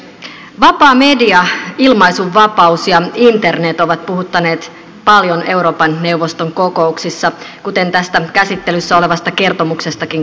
vapaa media ilmaisunvapaus ja internet ovat puhuttaneet paljon euroopan neuvoston kokouksissa kuten tästä käsittelyssä olevasta kertomuksestakin käy ilmi